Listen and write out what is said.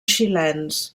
xilens